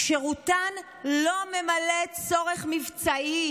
"שירותן לא ממלא צורך מבצעי.